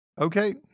okay